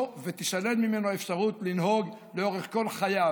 ותישלל ממנו האפשרות לנהוג לאורך כל חייו.